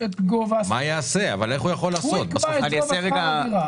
בפעם הקודמת הגענו למודל גמיש מאוד שמאפשר מימושים מצד אחד